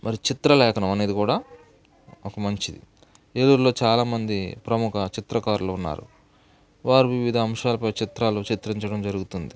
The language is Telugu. మరి చిత్రలేఖనం అనేది కూడా ఒక మంచిది ఏలూరులో చాలా మంది ప్రముఖ చిత్రకారులున్నారు వారు వివిధ అంశాలపై చిత్రాలు చిత్రించడం జరుగుతుంది